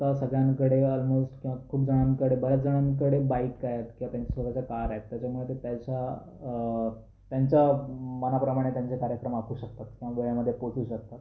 आता सगळ्यांकडे आलमोस्ट किंवा खूप जणांकडे बऱ्याच जणांकडे बाईक आहेत किवा त्यांचे स्वतःचे कार आहे त्याच्यामुळे ते त्याच्या त्यांच्या मनाप्रमाणे त्यांचे कार्यक्रम आखू शकतात किंवा वेळेमध्ये पोचू शकतात